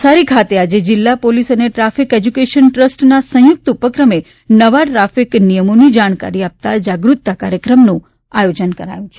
નવસારી ખાતે આજે જિલ્લા પોલીસ અને ટ્રાફિક એજ્યુકેશન ટ્રસ્ટના સંયુક્ત ઉપક્રમે નવા ટ્રાફિક નિયમોની જાણકારી આપતા જાગૃતતા કાર્યક્રમનું આયોજન કરાયું છે